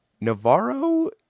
Navarro